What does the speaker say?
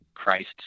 Christ